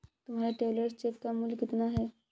तुम्हारे travellers cheque का मूल्य कितना है?